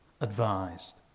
advised